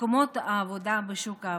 מקומות עבודה בשוק העבודה.